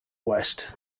west